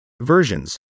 versions